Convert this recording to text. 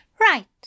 Right